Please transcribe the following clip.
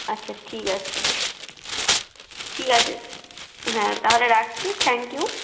আচ্ছা ঠিক আছে ঠিক আছে হ্যাঁ তাহলে রাখছি থ্যাংক ইউ